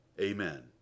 Amen